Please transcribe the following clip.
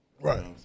Right